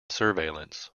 surveillance